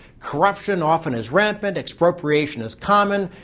corruption often is rampant, expropriations common.